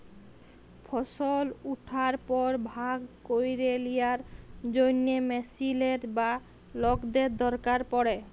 ফসল উঠার পর ভাগ ক্যইরে লিয়ার জ্যনহে মেশিলের বা লকদের দরকার পড়ে